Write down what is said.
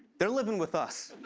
they're living with us.